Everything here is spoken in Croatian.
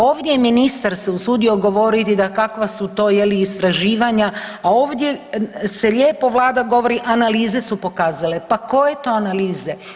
Ovdje ministar se usudio govoriti da kakva su to je li istraživanja, a ovdje se lijepo Vlada govori analize su pokazale, pa koje to analize.